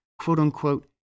quote-unquote